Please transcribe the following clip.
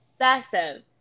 obsessive